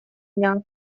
дня